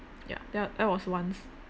ya that that was once